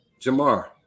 Jamar